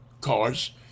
cars